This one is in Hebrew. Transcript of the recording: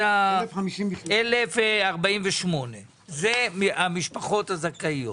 1,053. 1,048. זה המשפחות הזכאיות.